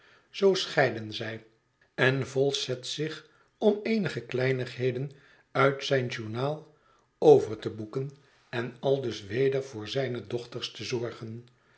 zoo scheiden zij en vholes zet zich om eenige kleinigheden uit zijn journaal over te boeken en aldus weder voor zijne dochters te zorgen